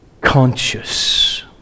conscious